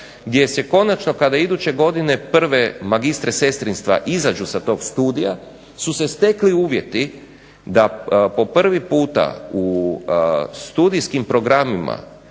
gdje se konačno kada iduće godine prve magistre sestrinstva izađu sa tog studija su se stekli uvjeti da po prvi puta u studijskim programima